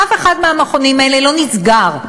אף אחד מהמכונים האלה לא נסגר,